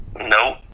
Nope